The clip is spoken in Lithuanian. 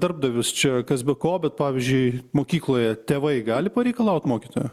darbdavius čia kas be ko bet pavyzdžiui mokykloje tėvai gali pareikalaut mokytojo